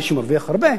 מי שמרוויח הרבה,